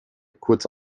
kurz